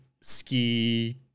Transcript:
ski